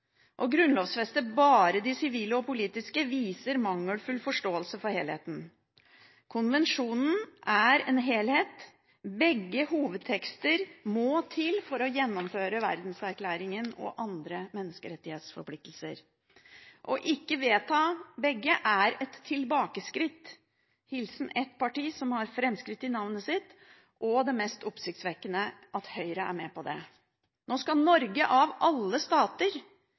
Å grunnlovfeste bare de sivile og politiske viser mangelfull forståelse for helheten. Konvensjonen er en helhet, begge hovedtekster må til for å gjennomføre verdenserklæringen og andre menneskerettighetsforpliktelser. Å Ikke vedta begge er et tilbakeskritt, hilsen et parti som har fremskritt i navnet sitt, og det er mest oppsiktsvekkende at Høyre er med på det. Nå skal Norge av alle stater